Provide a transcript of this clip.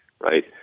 right